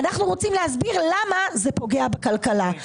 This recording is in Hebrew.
אנו רוצים להסביר למה זה פוגע בכלכלה.